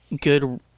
good